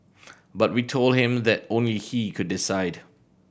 but we told him that only he could decide